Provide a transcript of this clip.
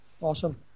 Awesome